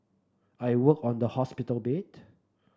I worked on the hospital bed